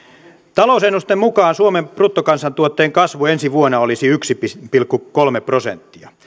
talousennusteen mukaan suomen bruttokansantuotteen kasvu ensi vuonna olisi yksi pilkku kolme prosenttia